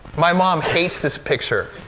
my mom hates this picture.